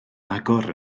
agor